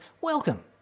Welcome